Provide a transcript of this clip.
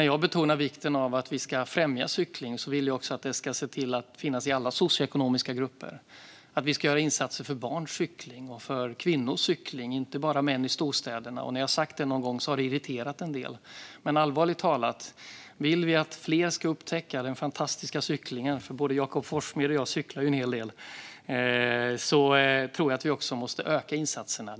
Jag betonar vikten av att vi ska främja cykling och vill att detta ska finnas i alla socioekonomiska grupper. Jag vill att vi ska göra insatser för barns och kvinnors cykling - inte bara för män i storstäderna. När jag någon gång har sagt detta har det irriterat en del människor. Allvarligt talat: Vill vi att fler ska upptäcka den fantastiska cyklingen - både Jakob Forssmed och jag cyklar ju en hel del - tror jag att vi också måste öka insatserna.